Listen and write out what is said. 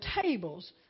tables